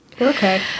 Okay